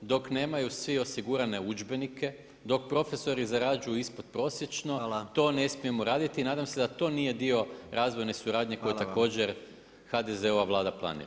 dok nemaju svih osigurane udžbenike, dok profesori zarađuju ispodprosječno, to ne smijemo raditi i nadam se da to nije dio razvojne suradnje koju također HDZ-ova Vlada planira.